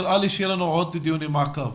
נראה לי שיהיו לנו עוד דיוני מעקב,